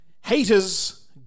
Haters